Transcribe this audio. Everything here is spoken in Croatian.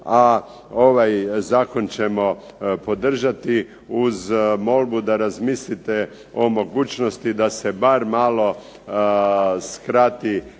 a ovaj zakon ćemo podržati uz molbu da razmislite o mogućnosti da se bar malo skrati